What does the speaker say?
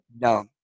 no